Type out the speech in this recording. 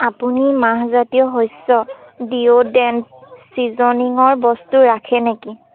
আপুনি মাহজাতীয় শস্য ডিঅ'ড্ৰেণ্ট ছিজনিঙৰ বস্তু ৰাখে নেকি